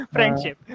Friendship